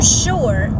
sure